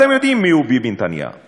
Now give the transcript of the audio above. אתם יודעים מיהו ביבי נתניהו.